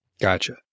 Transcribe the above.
Gotcha